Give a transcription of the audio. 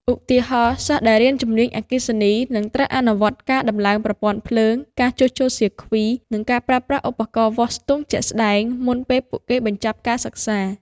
ឧទាហរណ៍ សិស្សដែលរៀនជំនាញអគ្គិសនី នឹងត្រូវអនុវត្តការតំឡើងប្រព័ន្ធភ្លើង ការជួសជុលសៀគ្វី និងការប្រើប្រាស់ឧបករណ៍វាស់ស្ទង់ជាក់ស្តែង មុនពេលពួកគេបញ្ចប់ការសិក្សា។